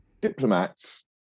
diplomats